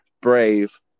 brave